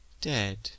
dead